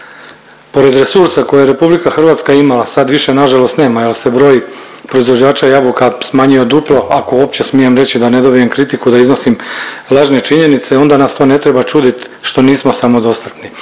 pored resursa koje je RH imala, sad više nažalost nema jel se broj proizvođača jabuka smanjio duplo ako uopće smijem reći da ne dobijem kritiku da iznosim lažne činjenicu, onda nas to ne treba čudit što nismo samodostatni.